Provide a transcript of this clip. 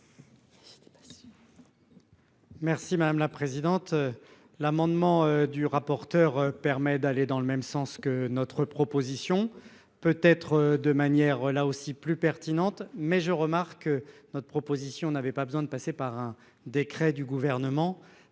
Merci madame la présidente. L'amendement du rapporteur permet d'aller dans le même sens que notre proposition peut être de manière là aussi plus pertinente. Mais je remarque que notre proposition n'avait pas besoin de passer par un décret du gouvernement